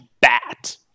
bat